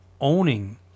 owning